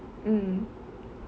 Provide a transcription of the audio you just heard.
mm